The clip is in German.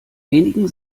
wenigen